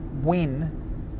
win